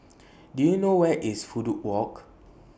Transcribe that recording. Do YOU know Where IS Fudu Walk